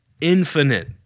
Infinite